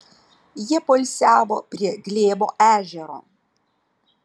jie poilsiavo prie glėbo ežero